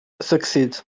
succeed